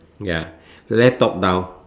ya left top down